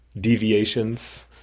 deviations